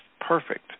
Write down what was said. perfect